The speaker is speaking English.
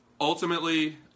ultimately